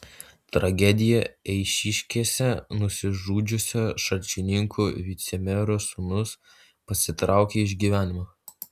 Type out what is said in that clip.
tragedija eišiškėse nusižudžiusio šalčininkų vicemero sūnus pasitraukė iš gyvenimo